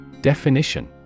Definition